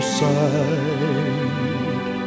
side